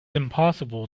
impossible